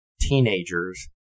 teenagers